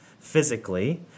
physically